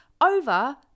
over